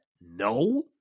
No